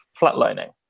flatlining